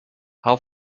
how